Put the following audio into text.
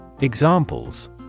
examples